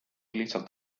lihtsalt